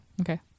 Okay